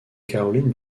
caroline